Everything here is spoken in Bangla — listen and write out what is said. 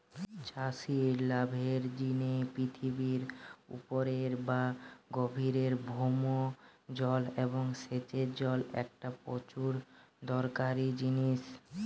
চাষির লাভের জিনে পৃথিবীর উপরের বা গভীরের ভৌম জল এবং সেচের জল একটা প্রচুর দরকারি জিনিস